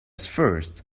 first